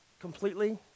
completely